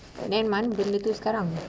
then mana barang tu sekarang